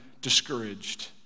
discouraged